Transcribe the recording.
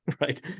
right